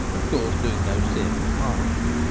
of course doing no serious harm.